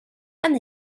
and